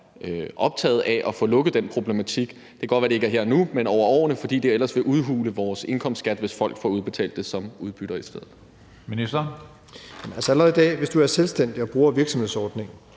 optaget af at få lukket den problematik. Det kan godt være, at det ikke er her og nu, men over årene, fordi det ellers vil udhule vores indkomstskat, hvis folk får udbetalt det som udbytte i stedet. Kl. 18:37 Tredje næstformand (Karsten Hønge): Ministeren.